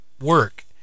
work